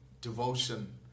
devotion